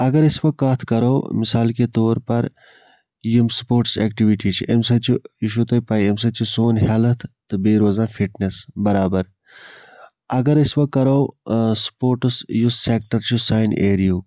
اگر أسۍ وۄنۍ کتھ کرو مِثال کے طور پَر یِم سپوٹس ایٚکٹِوِٹیٖز چھِ امہِ سۭتۍ چھُ یہِ چھُو تۄہہِ پَیی امہِ سۭتۍ چھُ ہیٚلتھ تہٕ بیٚیہِ روزان فِٹنیٚس بَرابر اگر أسۍ وۄنۍ کَرو سپوٹس یُس سیٚکٹَر چھُ سانہِ ایریہُک